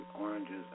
oranges